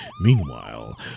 Meanwhile